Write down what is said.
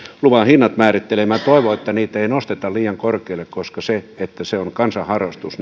luvan hinnat määrittelee minä toivon että niitä ei nosteta liian korkealle koska se että se on kansan harrastus